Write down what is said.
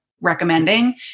recommending